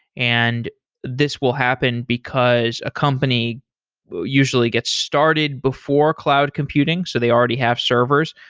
and this will happen because a company usually gets started before cloud computing. so they already have servers.